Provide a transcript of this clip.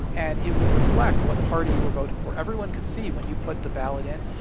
and it would reflect what party you were voting for. everyone could see when you put the ballot in.